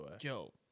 yo